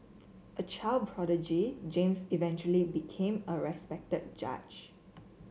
a child prodigy James eventually became a respected judge